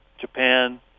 Japan